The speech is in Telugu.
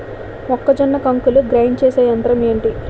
మొక్కజొన్న కంకులు గ్రైండ్ చేసే యంత్రం ఏంటి?